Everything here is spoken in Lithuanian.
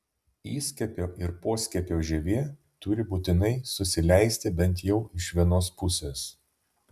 įskiepio ir poskiepio žievė turi būtinai susileisti bent jau iš vienos pusės